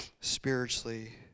spiritually